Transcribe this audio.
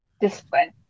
discipline